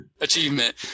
achievement